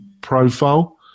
profile